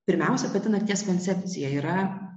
pirmiausia pati nakties koncepcija yra